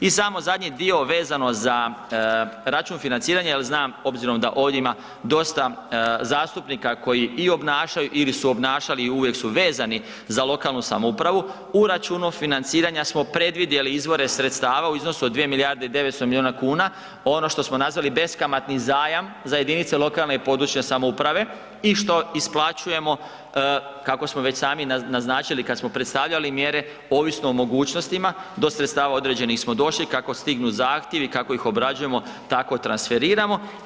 I samo zadnji dio vezano za račun financiranja jel znam obzirom da ovdje ima dosta zastupnika koji obnašaju ili su obnašali i uvijek su vezani za lokalnu samoupravu u računu financiranja smo predvidjeli izvore sredstava u iznosu od 2 milijarde i 900 milijuna kuna, ono što smo nazvali beskamatni zajam za jedinice lokalne i područne samouprave i što isplaćujemo kako smo već sami naznačili kada smo predstavljali mjere, ovisno o mogućnostima do sredstava određenih smo došli, kako stignu zahtjevi, kako ih obrađujemo tako transferiramo.